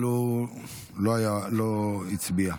אבל הוא לא הצביע.